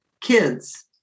kids